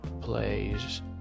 plays